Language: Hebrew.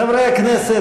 חברי הכנסת,